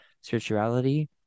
spirituality